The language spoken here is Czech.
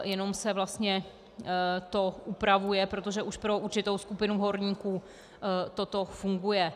Jenom se to vlastně upravuje, protože pro určitou skupinu horníků toto funguje.